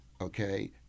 Okay